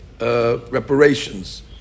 reparations